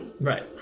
Right